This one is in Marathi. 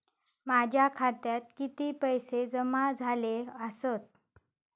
माझ्या खात्यात किती पैसे जमा झाले आसत?